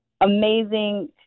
amazing